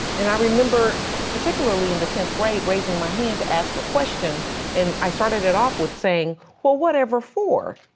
and i remember particularly in the tenth grade, raising my hand to ask a question and i started it off with saying, well whatever for?